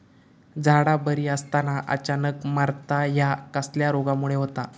झाडा बरी असताना अचानक मरता हया कसल्या रोगामुळे होता?